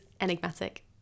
enigmatic